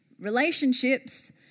Relationships